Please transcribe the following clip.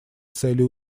целей